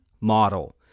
model